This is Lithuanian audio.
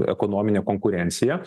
ekonominė konkurencija